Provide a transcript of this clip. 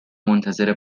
منتظر